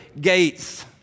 gates